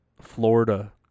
Florida